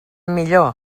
millor